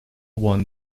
one